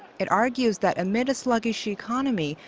it argues that, amid a sluggish economy,